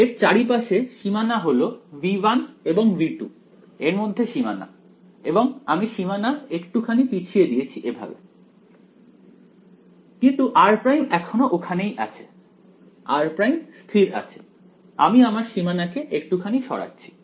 এর চারিপাশে সীমানা হলো V1 এবং V2 এর মধ্যে সীমানা এবং আমি সীমানা একটুখানি পিছিয়ে দিয়েছি এভাবে কিন্তু r প্রাইম এখনো ওখানেই আছে r' স্থির আছে আমি আমার সীমানাকে একটুখানি সড়াচ্ছি